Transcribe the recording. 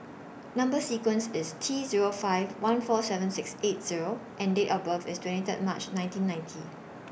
Number sequence IS T Zero five one four seven six eight Zero and Date of birth IS twenty Third March nineteen ninety